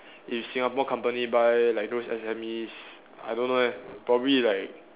if Singapore company buy like those S_M_Es I don't know leh probably like